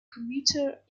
commuter